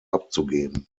abzugeben